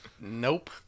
Nope